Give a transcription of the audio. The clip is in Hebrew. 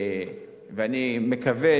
ואני מקווה,